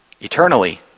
eternally